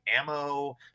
ammo